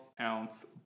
ounce